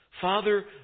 Father